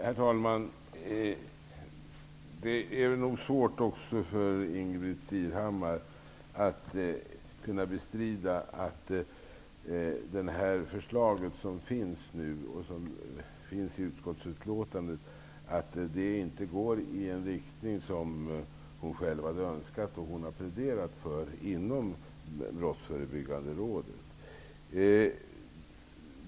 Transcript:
Herr talman! Det är svårt för Ingbritt Irhammar att bestrida att förslaget i utskottsbetänkandet inte går i den riktning som hon själv hade önskat och som hon har pläderat för inom Brottsförebyggande rådet.